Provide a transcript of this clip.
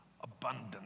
abundant